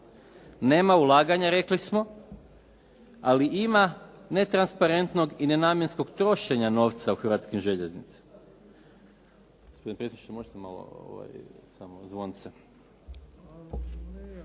Nema ulaganja rekli smo, ali ima netransparentnog i nenamjenskog trošenja novca u Hrvatskoj željeznici.